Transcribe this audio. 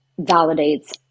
validates